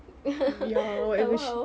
somehow